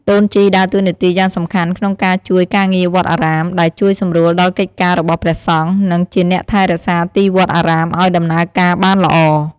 ដូនជីដើរតួនាទីយ៉ាងសំខាន់ក្នុងការជួយការងារវត្តអារាម ដែលជួយសម្រួលដល់កិច្ចការរបស់ព្រះសង្ឃ និងជាអ្នកថែរក្សាទីវត្តអារាមអោយដំណើរការបានល្អ។